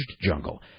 jungle